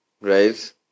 Right